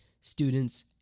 students